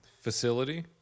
Facility